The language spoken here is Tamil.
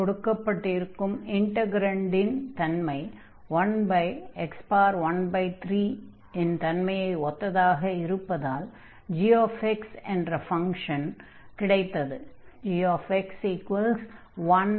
கொடுக்கப்பட்டிருக்கும் இன்டக்ரன்டின் தன்மை 1x13x 13 இன் தன்மையை ஒத்ததாக இருப்பதால் gx என்ற ஃபங்ஷன் கிடைத்தது